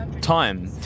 Time